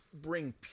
bring